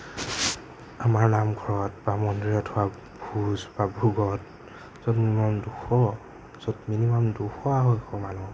আমাৰ নামঘৰত বা মন্দিৰত হওক ভোজ বা ভোগত য'ত দুশ য'ত মিনিমাম দুশ আঢ়ৈশ মানুহ